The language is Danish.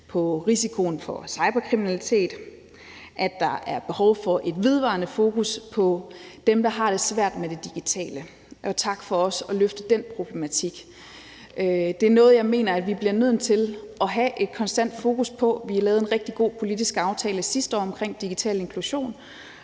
på risikoen for cyberkriminalitet, og at der er behov for et vedvarende fokus på dem, der har det svært med det digitale. Tak for også at løfte den problematik. Det er noget, jeg mener, at vi bliver nødt til at have et konstant fokus på. Vi lavede en rigtig god politisk aftale sidste år omkring inklusion,